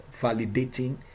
validating